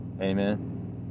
amen